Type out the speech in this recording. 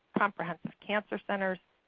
comprehensive cancer centers,